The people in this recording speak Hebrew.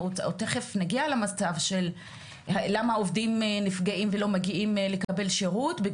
תיכף נגיע לשאלה למה עובדים נפגעים ולא מגיעים לקבל שירות,